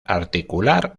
articular